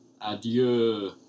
adieu